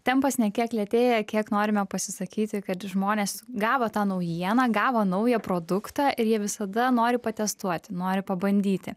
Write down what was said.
tempas ne kiek lėtėja kiek norime pasisakyti kad žmonės gavo tą naujieną gavo naują produktą ir jie visada nori patestuoti nori pabandyti